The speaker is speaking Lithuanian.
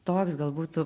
toks gal būtų